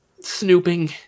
snooping